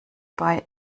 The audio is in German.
bei